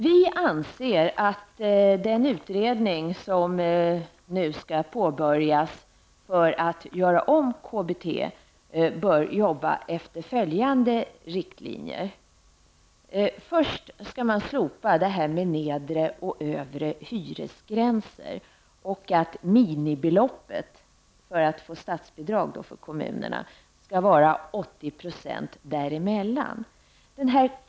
Vi anser att den utredning som nu skall påbörjas för att göra om KBT bör arbeta efter följande riktlinjer. Man skall slopa det här med nedre och övre hyresgräns och att minimibeloppet för att få statsbidrag till kommunerna skall vara 80 % däremellan.